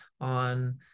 on